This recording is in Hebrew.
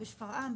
בשפרעם,